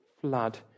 flood